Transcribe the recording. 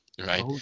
right